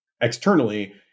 externally